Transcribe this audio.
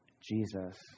Jesus